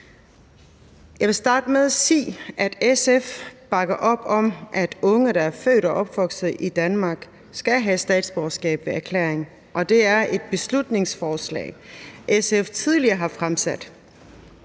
Jeg vil starte med at sige, at SF bakker op om, at unge, der er født og opvokset i Danmark, skal have adgang til statsborgerskab ved erklæring, og det er et beslutningsforslag, SF tidligere har fremsat.